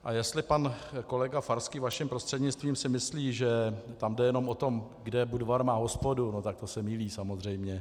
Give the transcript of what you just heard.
A jestli pan kolega Farský, vaším prostřednictvím, si myslí, že tam jde jenom o to, kde Budvar má hospodu, no tak to se mýlí samozřejmě.